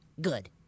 Good